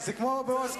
זה כמו באוסקר.